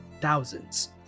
thousands